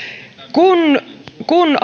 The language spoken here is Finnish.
kun kun